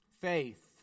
Faith